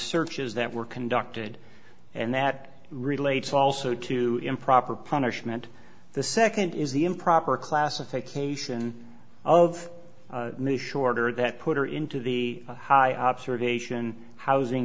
searches that were conducted and that relates also to improper punishment the second is the improper classification of new shorter that put her into the high observation housing